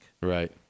Right